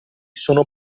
sono